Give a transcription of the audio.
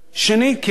למה?